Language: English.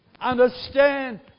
Understand